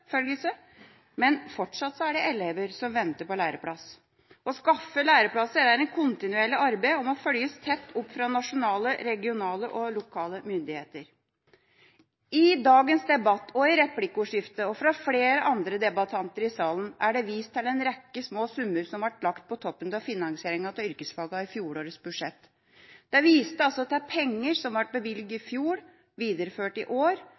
men fortsatt er det elever som venter på læreplass. Å skaffe læreplasser er et kontinuerlig arbeid og må følges tett opp fra nasjonale, regionale og lokale myndigheter. I dagens debatt, i replikkordskifter og fra flere andre debattanter i salen er det vist til en rekke små summer som ble lagt på toppen av finansieringa av yrkesfagene i fjorårets budsjett. Det viste altså at det er penger som ble bevilget i fjor, videreført i år,